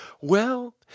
Well